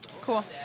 Cool